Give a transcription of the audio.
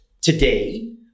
today